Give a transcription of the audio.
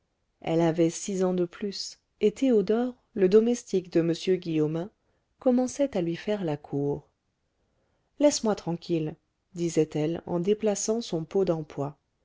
elle avait six ans de plus et théodore le domestique de m guillaumin commençait à lui faire la cour laisse-moi tranquille disait-elle en déplaçant son pot d'empois